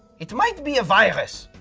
it might be a virus,